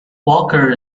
walker